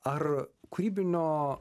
ar kūrybinio